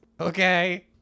Okay